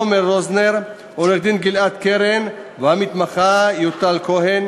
רוזנר, עורך-הדין גלעד קרן והמתמחה יוטל כהן,